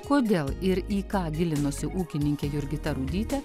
kodėl ir į ką gilinosi ūkininkė jurgita rudytė